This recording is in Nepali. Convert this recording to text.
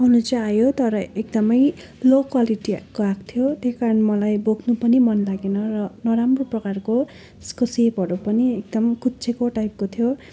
आउनु चाहिँ आयो तर एकदमै लो क्वालिटीको आएको थियो त्यही कारण मलाई बोक्नु पनि मनलागेन र नराम्रो प्रकारको उसको सेपहरू पनि एकदम कुच्चिएको टाइपको थियो